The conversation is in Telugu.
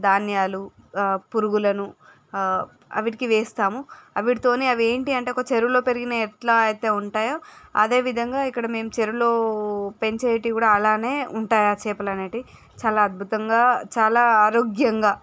ధాన్యాలు పురుగులను ఆ వీటికి వేస్తాము వీటితోని అవి ఏంటీ అంటే ఒక చెరువులో పెరిగిన ఎట్లా అయితే ఉంటాయో అదే విధంగా ఇక్కడ మేము చెరువులో పెంచేటివి కూడా అలానే ఉంటాయి ఆ చేపలు అనేవి చాలా అద్భుతంగా చాలా ఆరోగ్యంగా